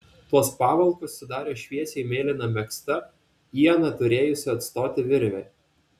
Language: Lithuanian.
tuos pavalkus sudarė šviesiai mėlyna megzta ieną turėjusi atstoti virvė